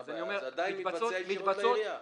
זה עדיין מתבצע --- העירייה.